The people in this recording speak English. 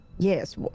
Yes